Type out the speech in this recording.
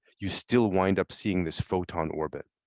you still wind up seeing this photon orbit.